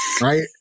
Right